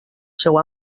seu